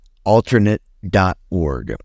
Alternate.org